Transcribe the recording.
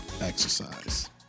exercise